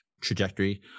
trajectory